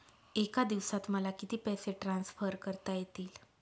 एका दिवसात मला किती पैसे ट्रान्सफर करता येतील?